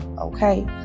Okay